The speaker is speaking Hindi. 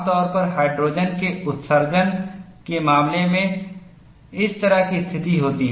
आमतौर पर हाइड्रोजन के उत्सर्जन के मामले में इस तरह की स्थिति होती है